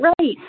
right